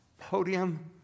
podium